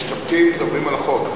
כי משתמטים עוברים על החוק.